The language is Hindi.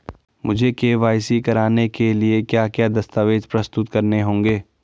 मुझे के.वाई.सी कराने के लिए क्या क्या दस्तावेज़ प्रस्तुत करने होंगे?